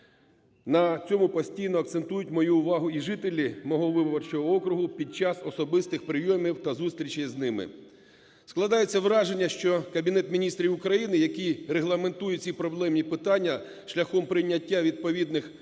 На цьому постійно акцентують мою увагу і жителі мого виборчого округу під час особистих прийомів та зустрічей з ними. Складається враження, що Кабінет Міністрів України, який регламентує ці проблемні питання шляхом прийняття відповідних підзаконних